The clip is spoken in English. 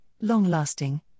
long-lasting